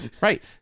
Right